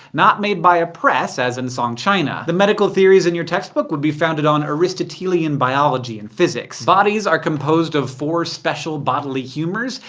not made by a press as in song china. the medical theories in your textbook would be founded on aristotelian biology and physics. bodies are composed of four special bodily humors.